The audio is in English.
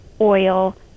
oil